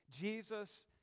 Jesus